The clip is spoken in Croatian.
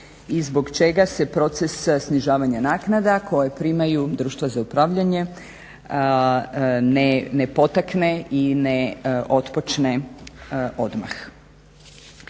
i zbog čega se proces snižavanja naknada koje primaju društva za upravljanje ne potakne i ne otpočne odmah.